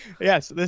Yes